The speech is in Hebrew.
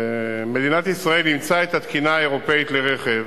מדינת ישראל אימצה את התקינה האירופית לרכב,